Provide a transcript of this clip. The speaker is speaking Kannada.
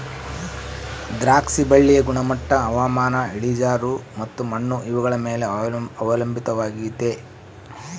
ದ್ರಾಕ್ಷಿ ಬಳ್ಳಿಯ ಗುಣಮಟ್ಟ ಹವಾಮಾನ, ಇಳಿಜಾರು ಮತ್ತು ಮಣ್ಣು ಇವುಗಳ ಮೇಲೆ ಅವಲಂಬಿತವಾಗೆತೆ